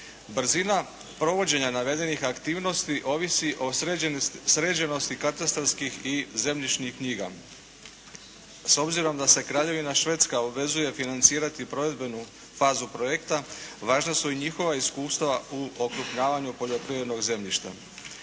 Brzina provođenja navedenih aktivnosti ovisi o sređenosti katastarskih i zemljišnih knjiga. S obzirom da se Kraljevina Švedska obvezuje financirati provedbenu fazu projekta, važna su i njihova iskustva u okrupnjavanju poljoprivrednog zemljišta.